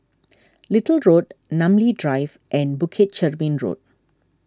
Little Road Namly Drive and Bukit Chermin Road